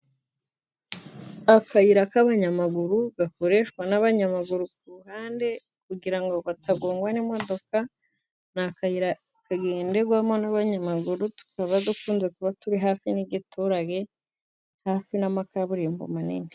Akayira k'abanyamaguru gakoreshwa n'abanyamaguru ku ruhande kugira ngo katagongwa n'imodoka, ni akayira kagenderwamo n'abanyamaguru tukaba dukunze kuba turi hafi n'igiturage hafi n'ama kaburimbo manini.